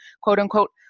quote-unquote